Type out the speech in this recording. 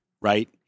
right